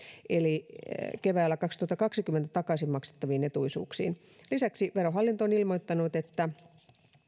eli keväällä kaksituhattakaksikymmentä takaisin maksettaviin etuisuuksiin lisäksi verohallinto on ilmoittanut että